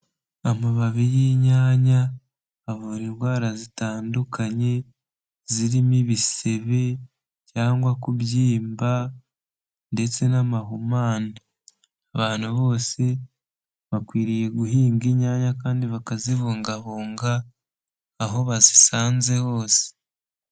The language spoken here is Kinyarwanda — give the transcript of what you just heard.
Amababi y'inyanya avura indwara zitandukanye, zirimo ibisebe cyangwa kubyimba ndetse n'amahumane, abantu bose bakwiriye guhinga inyanya kandi bakazibungabunga, aho bazisanze hose.